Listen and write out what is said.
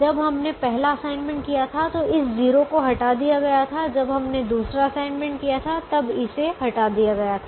जब हमने पहला असाइनमेंट किया था तो इस 0 को हटा दिया गया था जब हमने दूसरा असाइनमेंट किया था तब इसे हटा दिया गया था